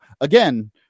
again